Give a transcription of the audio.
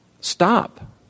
Stop